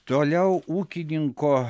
toliau ūkininko